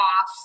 off